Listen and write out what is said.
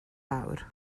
fawr